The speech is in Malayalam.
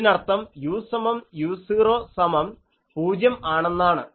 അതിനർത്ഥം u സമം u0 സമം പൂജ്യം ആണെന്നാണ്